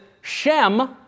Shem